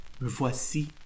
voici